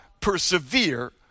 persevere